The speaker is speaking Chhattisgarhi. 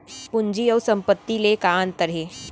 पूंजी अऊ संपत्ति ले का अंतर हे?